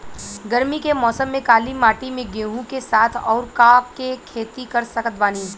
गरमी के मौसम में काली माटी में गेहूँ के साथ और का के खेती कर सकत बानी?